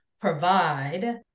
provide